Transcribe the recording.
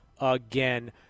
again